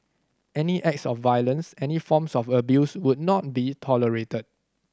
any acts of violence any forms of abuse would not be tolerated